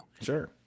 Sure